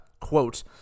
Quote